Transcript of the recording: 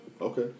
Okay